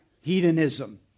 hedonism